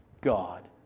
God